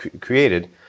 created